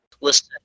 listen